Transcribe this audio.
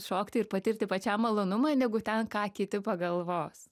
šokti ir patirti pačiam malonumą negu ten ką kiti pagalvos